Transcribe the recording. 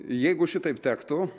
jeigu šitaip tektų